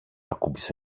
ακούμπησε